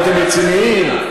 אתם רציניים?